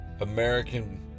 American